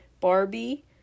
Barbie